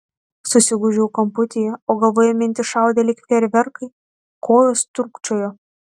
susigūžiau kamputyje o galvoje mintys šaudė lyg fejerverkai kojos trūkčiojo